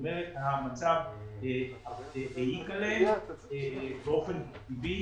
זאת אומרת, המצב העיק עליהם באופן טבעי.